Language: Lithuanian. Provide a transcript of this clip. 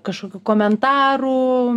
kažkokių komentarų